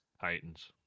Titans